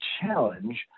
challenge